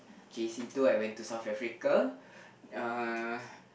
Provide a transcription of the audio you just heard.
J_C two I went to South-Africa